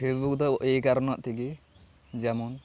Facebook ᱫᱚ ᱮᱭ ᱠᱟᱨᱱᱟᱜ ᱛᱮᱜᱮ ᱡᱮᱢᱚᱱ